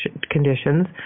conditions